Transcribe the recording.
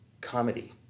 comedy